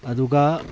ꯑꯗꯨꯒ